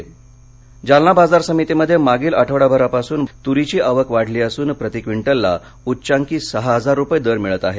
तर जालना जालना बाजार समितीमध्ये मागील आठडाभरापासून तुरीची आवक वाढली असून प्रतिक्विंटलला उच्चांकी सहा हजार रुपये दर मिळत आहे